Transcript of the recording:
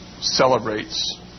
celebrates